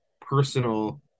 personal